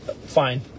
fine